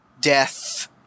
death